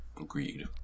Agreed